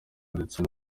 ndetse